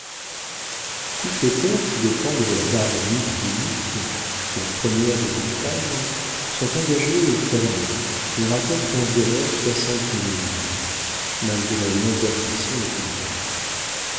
toutes les terres qui dépendent de la baronnie du guaisnic la première de bretagne sont engagées aux fermiers et rapportent environ soixante mille livres malgré l'imperfection des cultures